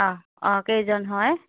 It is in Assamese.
অঁ অঁ কেইজন হয়